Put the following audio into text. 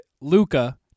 Luca